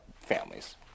families